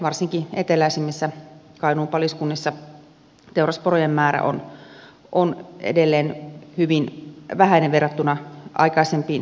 varsinkin eteläisimmissä kainuun paliskunnissa teurasporojen määrä on edelleen hyvin vähäinen verrattuna aikaisempiin vuosiin